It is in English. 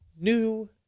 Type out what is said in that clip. new